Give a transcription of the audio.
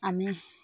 আমি